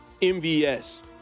MVS